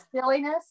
silliness